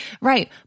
Right